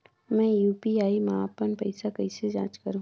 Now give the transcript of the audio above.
मैं यू.पी.आई मा अपन पइसा कइसे जांच करहु?